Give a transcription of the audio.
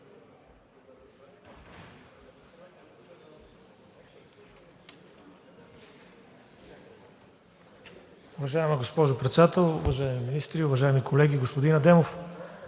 Уважаема госпожо Председател, уважаеми министри, уважаеми колеги! Господин Адемов,